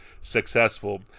successful